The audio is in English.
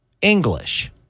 English